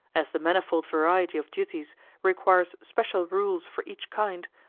as the manifold variety of duties requires special rules for each kind,